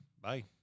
Bye